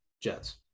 Jets